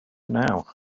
now